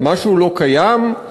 משהו לא קיים?